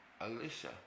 Alicia